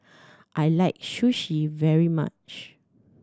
I like Sushi very much